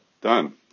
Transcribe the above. done